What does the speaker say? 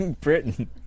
Britain